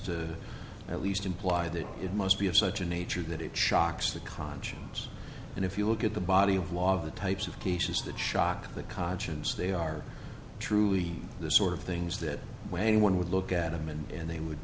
to at least imply that it must be of such a nature that it shocks the conscience and if you look at the body of law the types of cases that shock the conscience they are truly the sort of things that when one would look at them and they would